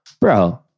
Bro